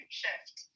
shift